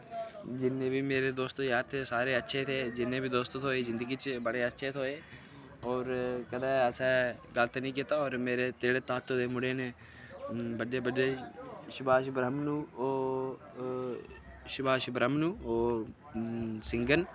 जिन्ने बी मेरे दोस्त यार थे सारे अच्छे थे जिन्ने बी दोस्त थोए जिंदगी च बड़े अच्छे थोए होर कदे असें गलत निं कीता और मेरे जेह्ड़े तातो दे मुड़े न बड्डे बड्डे सुभाश ब्रैह्मनु ओह सुभाश ब्रैह्मनु ओह सिंगर न